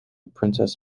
princess